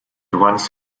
once